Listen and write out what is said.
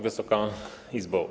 Wysoka Izbo!